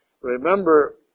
Remember